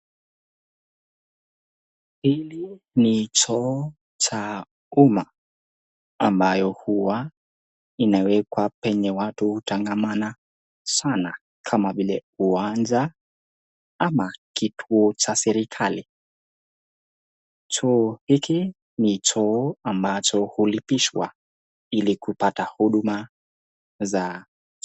Hili ni choo cha umma ambayo huwa inawekwa penye watu hutangamana sana kama vile uwanja ama kituo cha serekali. Choo hiki ni choo ambacho hulipishwa ili kupata huduma za...